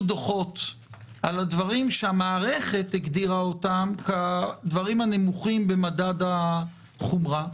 דוחות על הדברים שהמערכת הגדירה אותם כדברים הנמוכים במדד החומרה.